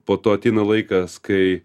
po to ateina laikas kai